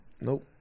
Nope